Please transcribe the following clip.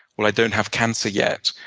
well, i don't have cancer yet.